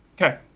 Okay